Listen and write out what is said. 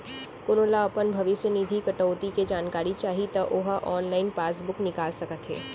कोनो ल अपन भविस्य निधि कटउती के जानकारी चाही त ओ ह ऑनलाइन पासबूक निकाल सकत हे